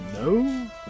No